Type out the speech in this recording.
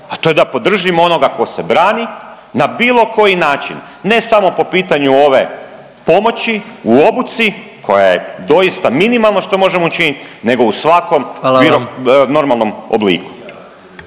a to je da podržimo onoga tko se brani na bilo koji način. Ne samo po pitanju ove pomoći u obuci koja je doista minimalno što možemo učiniti nego u svakom .../Upadica: